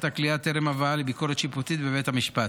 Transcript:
הכליאה טרם הבאה לביקורת שיפוטית בבית המשפט.